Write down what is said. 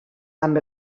amb